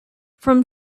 from